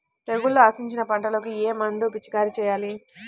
తెగుళ్లు ఆశించిన పంటలకు ఏ మందు పిచికారీ చేయాలి?